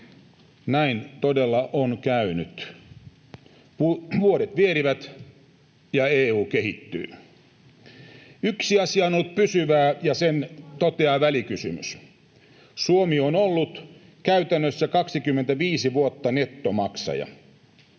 näin todella on käynyt. Vuodet vierivät, ja EU kehittyy. Yksi asia on ollut pysyvää, ja sen toteaa välikysymys: Suomi on ollut käytännössä 25 vuotta nettomaksaja.